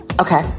Okay